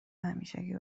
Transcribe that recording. همیشگی